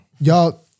Y'all